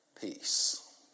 peace